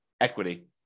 equity